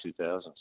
2000s